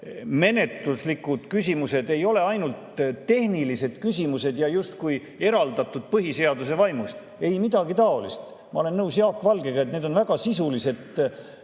et menetluslikud küsimused ei ole ainult tehnilised küsimused ja justkui eraldatud põhiseaduse vaimust. Ei midagi taolist! Ma olen nõus Jaak Valgega, et need on väga sisulised. Need